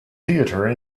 theater